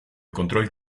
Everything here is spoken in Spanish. control